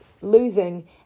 losing